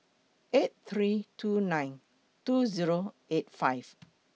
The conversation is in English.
eight three two nine two Zero eight five